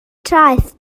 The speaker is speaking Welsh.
traeth